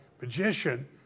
magician